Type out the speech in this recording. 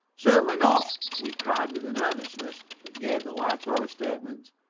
certainly not, we cried, with an earnestness that gave the lie to our statement,